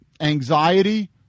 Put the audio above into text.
anxiety